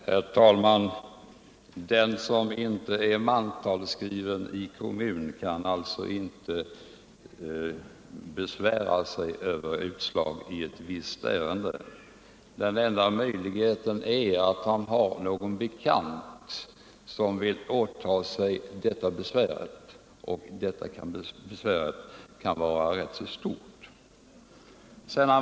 Herr talman! Den som inte är mantalsskriven i kommunen kan inte besvära sig över utslag i ett visst ärende. Enda möjligheten är att någon bekant inom kommunen åtar sig att göra detta, vilket kan vara ganska svårt.